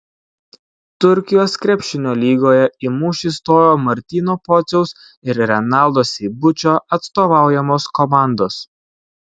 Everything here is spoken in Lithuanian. turkijos krepšinio lygoje į mūšį stojo martyno pociaus ir renaldo seibučio atstovaujamos komandos